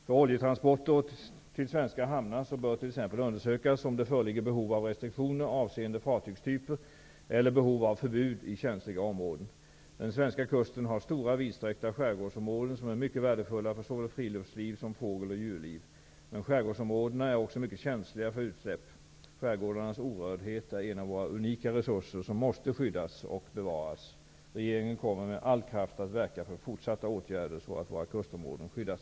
För oljetransporter till svenska hamnar bör t.ex. undersökas om det föreligger behov av restriktioner avseende fartygstyper eller behov av förbud i känsliga områden. Den svenska kusten har stora vidsträckta skärgårdsområden, som är mycket värdefulla för såväl friluftsliv som fågel och djurliv. Men skärgårdsområdena är också mycket känsliga för utsläpp. Skärgårdarnas orördhet är en av våra unika resurser som måste skyddas och bevaras. Regeringen kommer med all kraft att verka för fortsatta åtgärder så att våra kustområden skyddas.